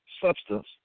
substance